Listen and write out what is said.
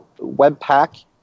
Webpack